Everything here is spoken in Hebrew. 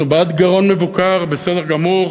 אנחנו בעד גירעון מבוקר, בסדר גמור.